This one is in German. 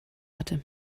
atem